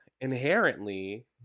inherently